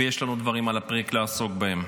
ויש לנו דברים על הפרק לעסוק בהם.